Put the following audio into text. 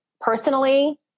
personally